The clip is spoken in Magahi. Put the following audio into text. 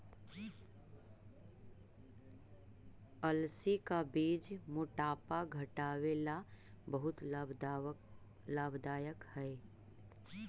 अलसी का बीज मोटापा घटावे ला बहुत लाभदायक हई